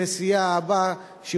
בנסיעה הבאה,